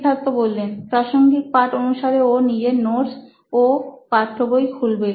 সিদ্ধার্থ প্রাসঙ্গিক পাঠ অনুসারে ও নিজের নোটস ও পাঠ্যবই খুলবে